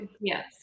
Yes